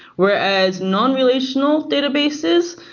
whereas non-relational databases,